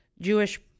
Jewish